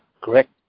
correct